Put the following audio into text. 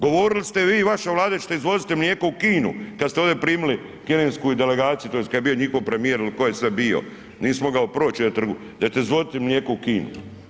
Govorili ste vi i vaša Vlada da ćete izvoziti mlijeko u Kinu kad ste ovdje primili kinesku delegaciju, tj. kad je bio njihov premijer ili tko je sve bio, nisi mogao proći na trgu, da ćete izvoziti mlijeko u Kinu.